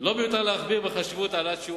לא מיותר להכביר מלים בחשיבות העלאת שיעור